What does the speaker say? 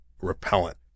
repellent